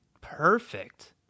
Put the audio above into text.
perfect